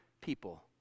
people